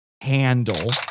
handle